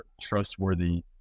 trustworthy